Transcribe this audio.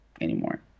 anymore